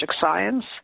science